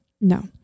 No